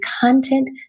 content